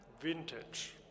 Vintage